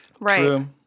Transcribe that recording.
Right